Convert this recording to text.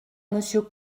monsieur